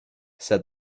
said